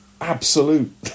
absolute